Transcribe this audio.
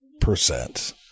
percent